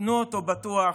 תנו אותו בטוח,